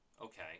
okay